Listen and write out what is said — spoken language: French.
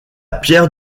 pierre